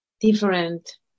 different